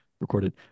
recorded